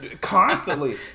constantly